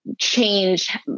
change